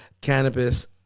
cannabis